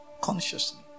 consciously